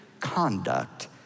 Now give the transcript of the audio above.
conduct